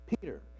Peter